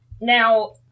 Now